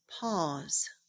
pause